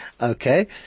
Okay